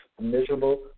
miserable